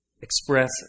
express